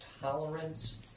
tolerance